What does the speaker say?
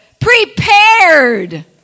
Prepared